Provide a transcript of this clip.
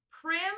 prim